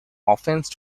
offence